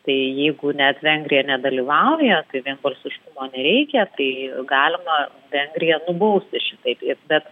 tai jeigu net vengrija nedalyvauja tai vienbalsiškumo nereikia tai galima vengriją nubausti šitaip ir bet